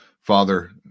Father